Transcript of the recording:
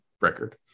record